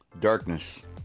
Darkness